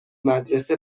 مدرسه